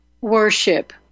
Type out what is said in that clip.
worship